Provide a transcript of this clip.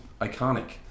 iconic